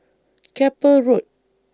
Keppel Road